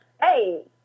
hey